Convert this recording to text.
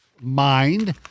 mind